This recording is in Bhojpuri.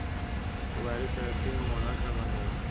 पुआरा से रसी, मोढ़ा सब बनेला